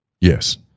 Yes